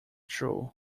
true